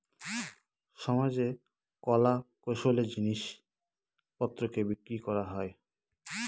সমাজে কলা কৌশলের জিনিস পত্রকে বিক্রি করা হয়